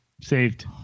saved